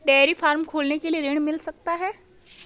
Dairy farm खोलने के लिए ऋण मिल सकता है?